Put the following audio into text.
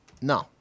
No